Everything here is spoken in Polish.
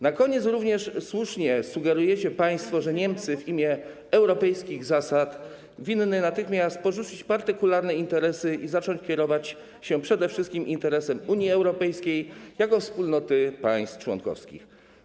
Na koniec, również słusznie, sugerujecie państwo, że Niemcy w imię europejskich zasad winny natychmiast porzucić partykularne interesy i zacząć kierować się przede wszystkim interesem Unii Europejskiej jako wspólnoty państw członkowskich.